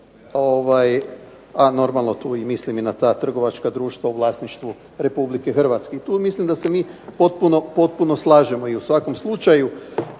a normalno tu mislim i na ta trgovačka društva u vlasništvu Republike Hrvatske. Tu mislim da se mi potpuno slažemo i u svakom slučaju